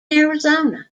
arizona